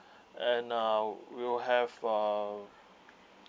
and uh will have a